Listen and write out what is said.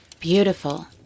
Beautiful